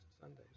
Sundays